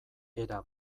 era